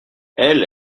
elle